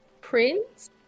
prince